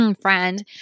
friend